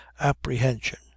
apprehension